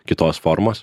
kitos formos